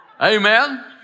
Amen